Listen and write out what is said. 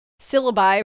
syllabi